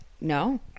No